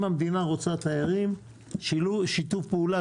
אם המדינה רוצה תיירים שיהיה שיתוף פעולה